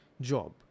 job